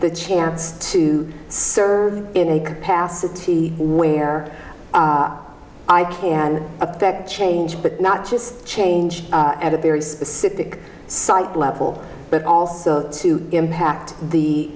the chance to serve in a capacity where i can affect change but not just change at a very specific site level but also to impact the